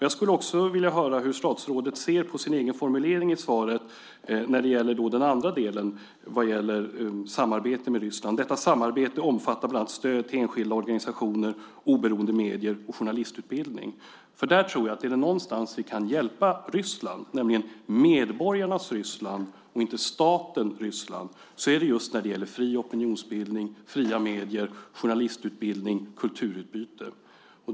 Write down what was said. Jag skulle också vilja höra hur statsrådet ser på sin egen formulering i svaret när det gäller den andra delen om samarbete med Ryssland. Detta samarbete omfattar bland annat stöd till enskilda organisationer, oberoende medier och journalistutbildning. Jag tror att om det är någonstans vi kan hjälpa Ryssland - medborgarnas Ryssland, inte staten Ryssland - så är det just när det gäller fri opinionsbildning, fria medier, journalistutbildning och kulturutbyte.